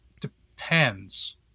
depends